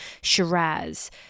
Shiraz